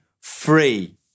free